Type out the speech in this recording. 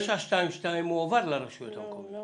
922 הועבר לרשויות המקומיות.